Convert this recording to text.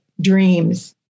dreams